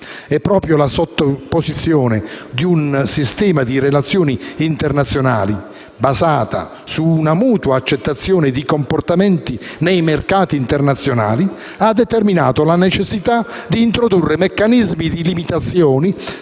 E proprio la sottoposizione ad un sistema di relazioni internazionali, basata su una mutua accettazione di comportamenti nei mercati internazionali, ha determinato la necessità di introdurre meccanismi di limitazioni